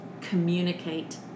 communicate